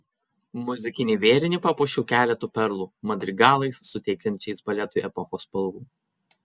muzikinį vėrinį papuošiau keletu perlų madrigalais suteiksiančiais baletui epochos spalvų